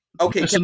okay